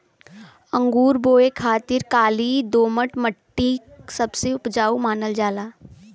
अंगूर बोए खातिर काली दोमट मट्टी सबसे उपजाऊ मानल जाला